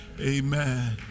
Amen